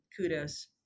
Kudos